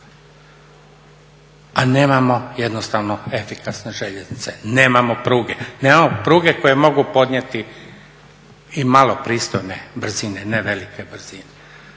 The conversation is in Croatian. a nemamo jednostavno efikasne željeznice, nemamo pruge. Nemamo pruge koje mogu podnijeti i malo pristojne brzine, ne velike brzine.